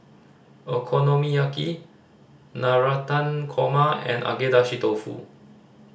Okonomiyaki Navratan Korma and Agedashi Dofu